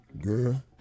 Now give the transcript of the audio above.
Girl